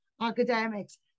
academics